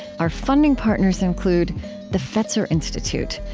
our funding partners include the fetzer institute,